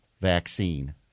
vaccine